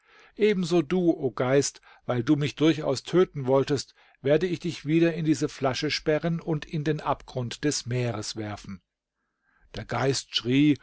ebenso du o geist weil du mich durchaus töten wolltest werde ich dich wieder in diese flasche sperren und in den abgrund des meeres werfen der geist schrie